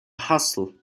hassle